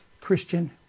Christian